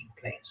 place